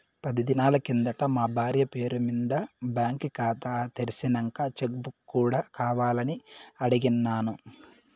పది దినాలు కిందట మా బార్య పేరు మింద బాంకీ కాతా తెర్సినంక చెక్ బుక్ కూడా కావాలని అడిగిన్నాను